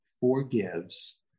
forgives